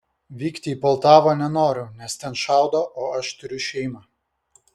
vykti į poltavą nenoriu nes ten šaudo o aš turiu šeimą